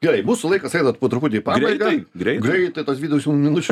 gerai mūsų laikas eina po truputį pabaigą greitai tos dvidešimt minučių